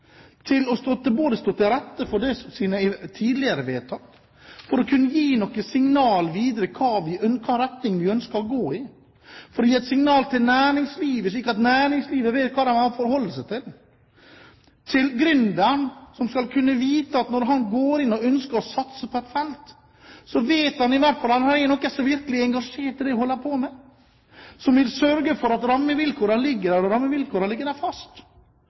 til å stå til rette for sine tidligere vedtak og til å kunne gi noen signaler videre om i hvilken retning vi ønsker å gå. Og det gir et signal til næringslivet, slik at næringslivet vet hva de har å forholde seg til, og et signal til gründeren, som når han går inn og ønsker å satse på et felt, i hvert fall vet at her er det noen som virkelig er engasjert i det han holder på med, som vil sørge for at rammevilkårene ligger der, og at rammevilkårene ligger der fast